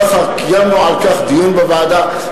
ככה קיימנו על כך דיון בוועדה,